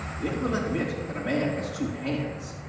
it will admit that a man has two hands,